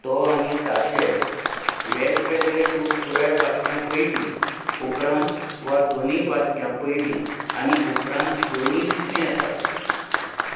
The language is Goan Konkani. दो आनी ताचे वेग वेगळे रूप पुराय वाक्या पयली उपरांत वा दोनीय वाक्यां पयली आनी उपरांत दोनीय दिसूं येतात